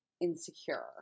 insecure